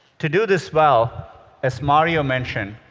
to do this well as mario mentioned,